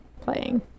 playing